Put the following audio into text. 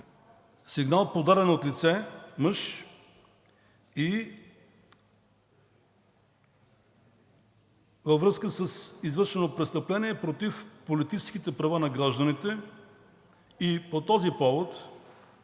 сигнал, подаден от лице, мъж, във връзка с извършено престъпление против политическите права на гражданите. По този повод